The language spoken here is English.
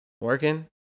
working